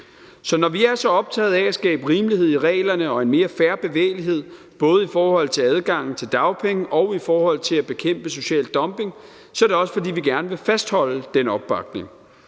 Så når vi er så optaget af at skabe rimelighed i reglerne og en mere fair bevægelighed, både i forhold til adgangen til dagpenge og i forhold til at bekæmpe social dumping, så er det også, fordi vi gerne vil fastholde den opbakning.